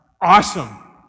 awesome